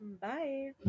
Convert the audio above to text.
Bye